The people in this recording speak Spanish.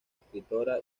escritora